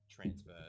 Transfer